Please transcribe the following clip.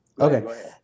Okay